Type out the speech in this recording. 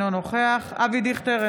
אינו נוכח אבי דיכטר,